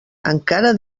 encara